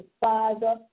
Father